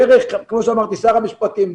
דרך שר המשפטים,